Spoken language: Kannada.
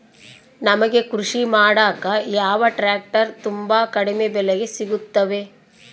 ನಮಗೆ ಕೃಷಿ ಮಾಡಾಕ ಯಾವ ಟ್ರ್ಯಾಕ್ಟರ್ ತುಂಬಾ ಕಡಿಮೆ ಬೆಲೆಗೆ ಸಿಗುತ್ತವೆ?